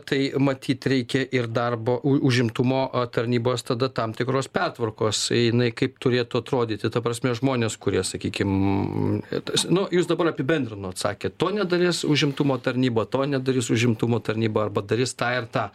tai matyt reikia ir darbo u užimtumo tarnybos tada tam tikros pertvarkos jinai kaip turėtų atrodyti ta prasme žmonės kurie sakykim tas nu jūs dabar apibendrinot sakėt to nedarys užimtumo tarnyba to nedarys užimtumo tarnyba arba darys tą ir tą